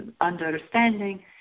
understanding